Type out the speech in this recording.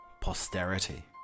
posterity